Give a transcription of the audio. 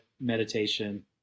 meditation